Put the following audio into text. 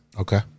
Okay